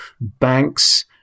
banks